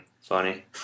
Funny